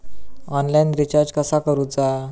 Online recharge कसा करूचा?